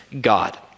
God